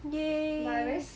!yay!